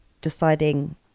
deciding